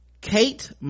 kate